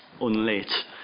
Unlit